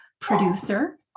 producer